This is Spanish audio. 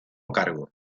cargo